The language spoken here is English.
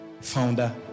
founder